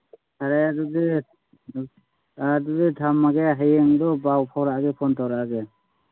ꯐꯔꯦ ꯑꯗꯨꯗꯤ ꯑ ꯑꯗꯨꯗꯤ ꯊꯝꯃꯒꯦ ꯍꯌꯦꯡꯗꯨ ꯄꯥꯎ ꯐꯥꯎꯔꯛꯑꯒꯦ ꯐꯣꯟ ꯇꯧꯔꯛꯑꯒꯦ